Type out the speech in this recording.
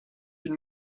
une